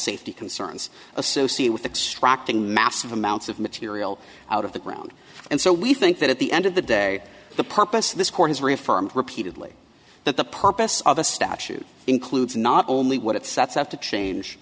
safety concerns associate with extracting massive amounts of material out of the ground and so we think that at the end of the day the purpose of this court has reaffirmed repeatedly that the purpose of the statute includes not only what it sets out to change